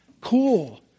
Cool